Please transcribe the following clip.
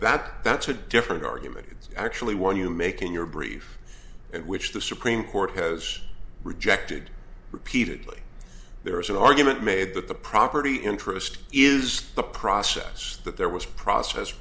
that that's a different argument it's actually one you make in your brief and which the supreme court has rejected repeatedly there is an argument made that the property interest is the process that there was process